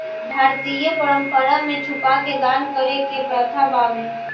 भारतीय परंपरा में छुपा के दान करे के प्रथा बावे